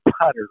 putter